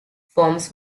forms